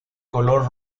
color